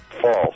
False